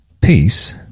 Peace